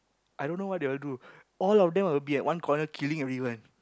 i don't know what they will do all of them will be at one corner killing everyone